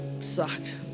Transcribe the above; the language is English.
sucked